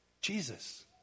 Jesus